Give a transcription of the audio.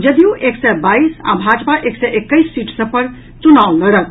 जदयू एक सय बाईस आ भाजपा एक सय एकैस सीट सभ पर चुनाव लड़त